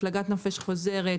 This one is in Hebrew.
בהפלגת נופש חוזרת,